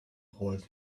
hold